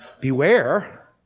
beware